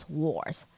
wars